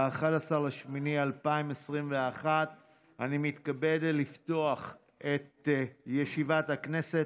11 באוגוסט 2021. אני מתכבד לפתוח את ישיבת הכנסת.